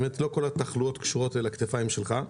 לא כל התחלואות קשורות לכתפיים שלך.